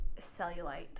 cellulite